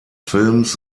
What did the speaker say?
films